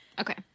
Okay